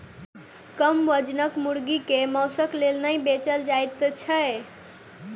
कम वजनक मुर्गी के मौंसक लेल नै बेचल जाइत छै